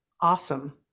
Awesome